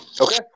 Okay